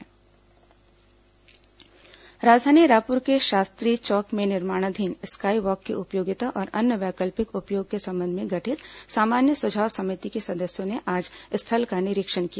sky walk निरीक्षण राजधानी रायपुर के शास्त्री चौक में निर्माणाधीन स्काई वॉक की उपयोगिता और अन्य वैकिल्पक उपयोग के संबंध में गठित सामान्य सुझाव समिति के सदस्यों ने आज स्थल का निरीक्षण किया